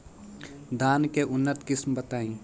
धान के उन्नत किस्म बताई?